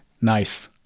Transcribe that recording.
Nice